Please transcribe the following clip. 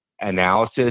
analysis